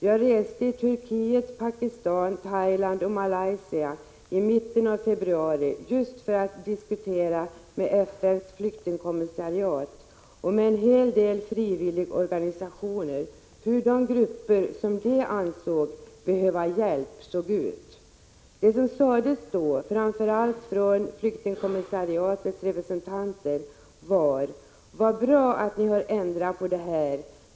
Jag reste i Turkiet, Pakistan, Thailand och Malaysia i mitten av februari just för att diskutera med FN:s flyktingkommissariat och med en hel del frivilligorganisationer hur de grupper som de ansåg behöva hjälp såg ut. Det som sades då, framför allt från flyktingkommissariatets representanter, var: Vad bra att ni har ändrat på det här!